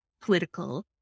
political